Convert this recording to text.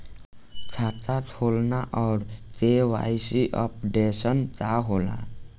खाता खोलना और के.वाइ.सी अपडेशन का होला?